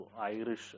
Irish